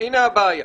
הנה הבעיה,